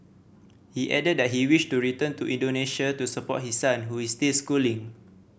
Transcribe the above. he added that he wished to return to Indonesia to support his son who is still schooling